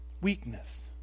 Weakness